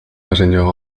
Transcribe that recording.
ingénieur